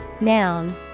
Noun